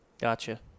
Gotcha